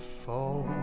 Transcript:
fall